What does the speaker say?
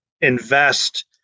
invest